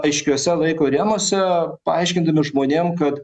aiškiuose laiko rėmuose paaiškindami žmonėm kad